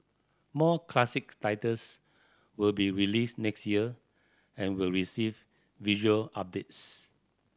more classic titles will be released next year and will receive visual updates